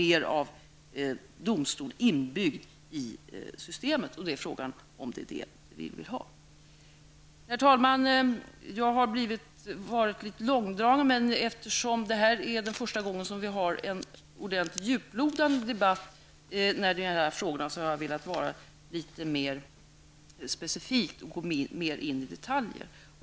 Man har mer av domstol inbyggd i systemet. Frågan är om det är detta vi vill ha. Herr talman! Jag har varit lite långdragen, men eftersom det här är den första gången som vi har en ordentlig djuplodande debatt när de gäller de här frågorna har jag velat vara litet mer specifik och gå mer in på detaljer.